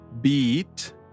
Beat